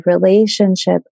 relationship